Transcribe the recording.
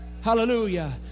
hallelujah